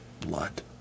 blood